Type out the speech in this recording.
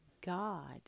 God